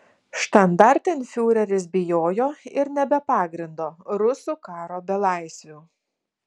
štandartenfiureris bijojo ir ne be pagrindo rusų karo belaisvių